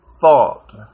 thought